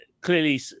clearly